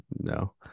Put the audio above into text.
No